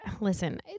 Listen